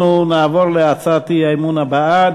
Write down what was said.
אנחנו נעבור להצעת האי-אמון הבאה.